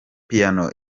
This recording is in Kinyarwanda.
piano